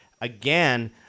again